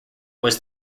was